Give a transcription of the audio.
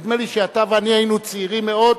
נדמה לי שאתה ואני היינו צעירים מאוד,